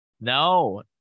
No